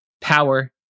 power